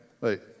Wait